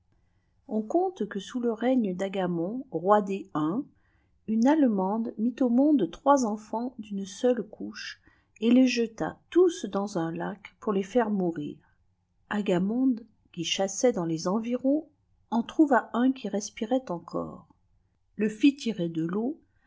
on conte que sous le règne d'agamond roi des uns une allemande mit au paonde trois enfaots d'une eeple coiiobeetles jeti tous dan un lac pour les faire mourir a gonde qui chassait dans les environs en trouva un qui respirûjt encore le it tire de teau